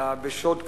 אלא בשוד קרקעות.